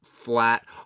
Flat